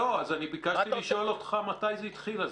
לא, אז אני ביקשתי לשאול אותך מתי זה התחיל.